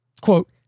quote